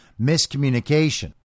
miscommunication